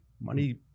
money